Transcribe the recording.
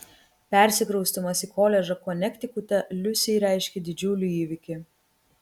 persikraustymas į koledžą konektikute liusei reiškė didžiulį įvykį